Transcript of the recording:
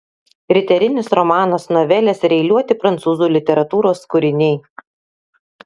riterinis romanas novelės ir eiliuoti prancūzų literatūros kūriniai